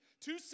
two